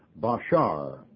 bashar